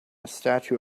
statue